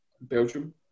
Belgium